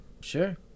Sure